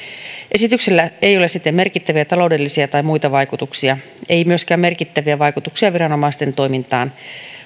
esityksellä ei ole siten merkittäviä taloudellisia tai muita vaikutuksia ei myöskään merkittäviä vaikutuksia viranomaisten toimintaan